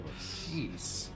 Jeez